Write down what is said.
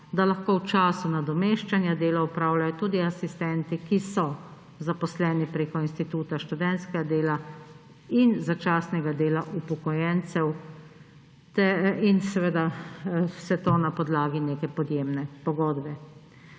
da lahko v času nadomeščanja delo opravljajo tudi asistenti, ki so zaposleni preko instituta študentskega dela in začasnega dela upokojencev; in seveda vse to na podlagi neke podjemne pogodbe.